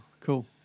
cool